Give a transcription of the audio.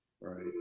Right